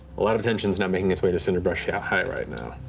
a lot of attention is now making its way to cinderbrush yeah high, right now.